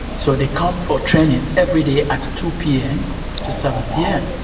so they come for training every day at two pm to seven pm,